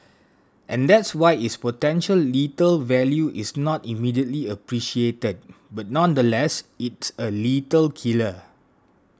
and that's why its potential lethal value is not immediately appreciated but nonetheless it's a lethal killer